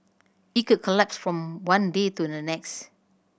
it could collapse from one day to the next